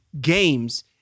games